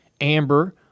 amber